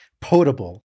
Potable